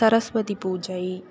Saraswati Puja